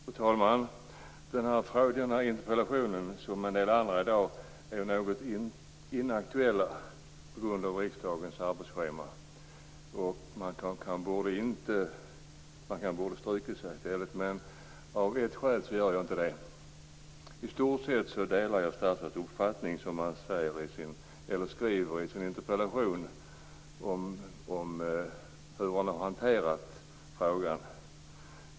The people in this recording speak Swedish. Fru talman! Den här interpellationen - liksom en del andra interpellationer i dag - är något inaktuell på grund av riksdagens arbetsschema. Jag skulle kanske ha dragit tillbaka interpellationen, men av ett skäl gör jag inte det. I stort sett delar jag statsrådets uppfattning när det gäller det han skriver i sitt interpellationssvar om hur han har hanterat frågan.